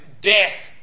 death